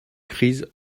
crise